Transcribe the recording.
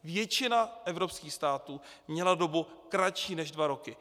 Většina evropských států měla dobu kratší než dva roky.